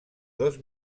dos